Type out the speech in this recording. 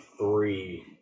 three